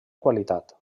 qualitat